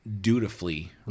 dutifully